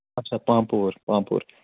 اچھا پامپور پامپور